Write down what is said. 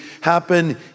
happen